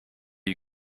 you